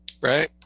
right